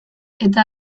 eta